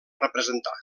representar